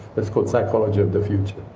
it's called psychology of the future.